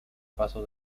paso